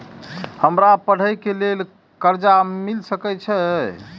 हमरा पढ़े के लेल कर्जा मिल सके छे?